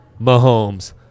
Mahomes